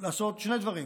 לעשות שני דברים